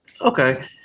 okay